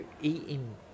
eating